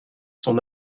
sont